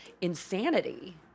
insanity